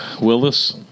Willis